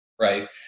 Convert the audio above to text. right